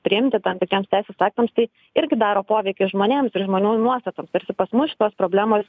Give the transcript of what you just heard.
priimti tam tokiems teisės aktams tai irgi daro poveikį žmonėms ir žmonių nuostatoms tarsi pas mus šitos problemos